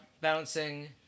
Bouncing